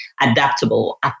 adaptable